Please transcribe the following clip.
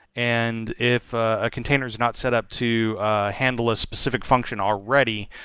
and if a container is not set up to handle a specific function already,